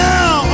Now